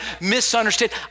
misunderstood